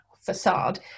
facade